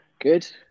Good